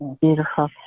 Beautiful